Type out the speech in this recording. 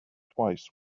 twice